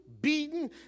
beaten